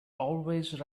always